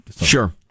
Sure